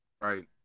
Right